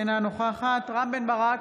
אינה נוכחת רם בן ברק,